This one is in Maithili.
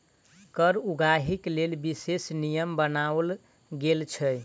कर उगाहीक लेल विशेष नियम बनाओल गेल छै